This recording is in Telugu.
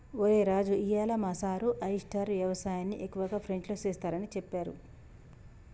ఒరై రాజు ఇయ్యాల మా సారు ఆయిస్టార్ యవసాయన్ని ఎక్కువగా ఫ్రెంచ్లో సెస్తారని సెప్పారు